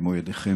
במו ידיכם,